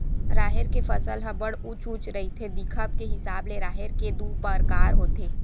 राहेर के फसल ह बड़ उँच उँच रहिथे, दिखब के हिसाब ले राहेर के दू परकार होथे